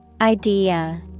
Idea